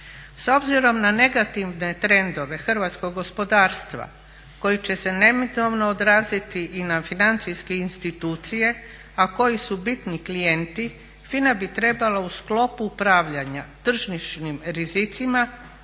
S obzirom na negativne trendove hrvatskog gospodarstva koji će se neminovno odraziti i na financijske institucije, a koji su bitni klijenti FINA bi trebala u sklopu upravljanja tržišnim rizicima